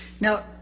Now